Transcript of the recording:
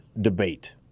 debate